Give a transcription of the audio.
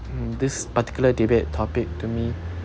hmm this particular debate topic to me